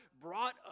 brought